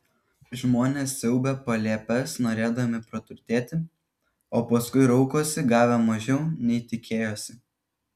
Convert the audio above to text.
žmonės siaubia palėpes norėdami praturtėti o paskui raukosi gavę mažiau nei tikėjosi